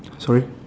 sorry